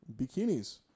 bikinis